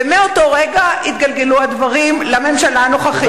ומאותו רגע התגלגלו הדברים לממשלה הנוכחית.